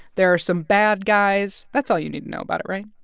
there are some bad guys. that's all you need to know about it, right?